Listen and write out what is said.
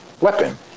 weapon